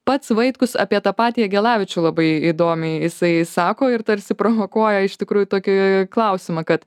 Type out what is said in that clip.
pats vaitkus apie tą patį jagelavičių labai įdomiai jisai sako ir tarsi provokuoja iš tikrųjų tokį klausimą kad